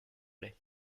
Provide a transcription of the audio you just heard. plait